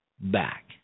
back